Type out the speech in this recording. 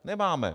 Nemáme.